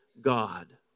God